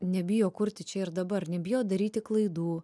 nebijo kurti čia ir dabar nebijo daryti klaidų